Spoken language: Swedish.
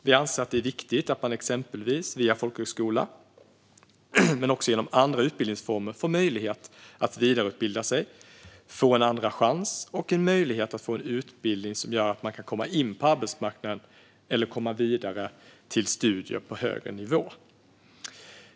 Vi anser att det är viktigt att man via folkhögskola eller andra utbildningsformer får möjlighet att vidareutbilda sig och få en andra chans och får möjlighet till en utbildning som gör att man kan komma in på arbetsmarknaden eller komma vidare till studier på högre nivå.